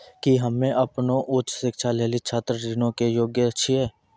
कि हम्मे अपनो उच्च शिक्षा लेली छात्र ऋणो के योग्य छियै?